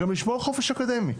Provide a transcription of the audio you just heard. וגם לשמור חופש אקדמי.